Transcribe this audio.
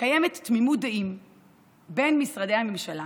קיימת תמימות דעים בין משרדי הממשלה